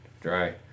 dry